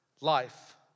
life